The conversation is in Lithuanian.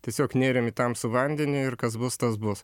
tiesiog nėrėm į tamsų vandenį ir kas bus tas bus